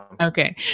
Okay